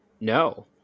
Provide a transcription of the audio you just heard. no